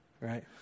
right